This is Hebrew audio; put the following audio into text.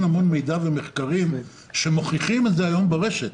מידע ומחקרים שמוכיחים את זה היום ברשת.